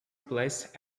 placed